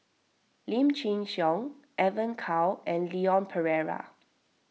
Lim Chin Siong Evon Kow and Leon Perera